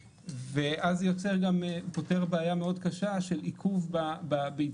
אז זה פותר בעיה מאוד קשה של עיכוב בעדכון